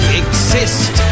exist